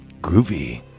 Groovy